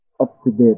up-to-date